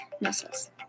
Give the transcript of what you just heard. muscles